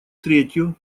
третью